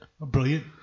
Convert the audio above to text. Brilliant